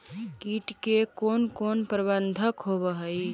किट के कोन कोन प्रबंधक होब हइ?